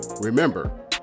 remember